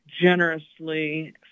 generously